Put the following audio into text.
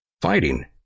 fighting